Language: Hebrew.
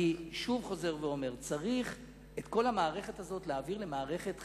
אני חוזר ואומר שאת כל המערכת הזאת צריך להעביר למערכת חקיקתית,